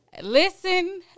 Listen